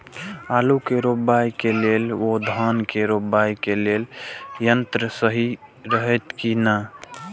आलु के रोपाई के लेल व धान के रोपाई के लेल यन्त्र सहि रहैत कि ना?